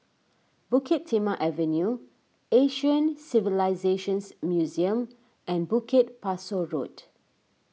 Bukit Timah Avenue Asian Civilisations Museum and Bukit Pasoh Road